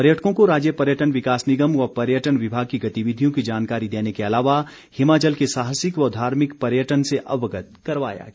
पर्यटकों को राज्य पर्यटन विकास निगम व पर्यटन विभाग की गतिविधियों की जानकारी देने को अलावा हिमाचल के साहसिक व धार्मिक पर्यटन से अवगत करवाया गया